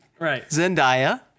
Zendaya